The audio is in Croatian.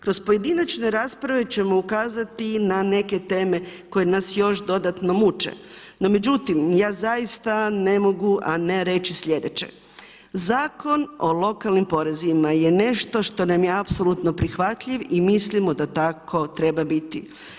Kroz pojedinačne rasprave ćemo ukazati na neke teme koje nas još dodatno muče, no međutim ja zaista ne mogu a ne reći sljedeće, Zakon o lokalnim porezima je nešto što nam je apsolutno prihvatljiv i mislimo da tako treba biti.